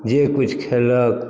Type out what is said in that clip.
जे कुछ खेलक